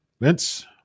Vince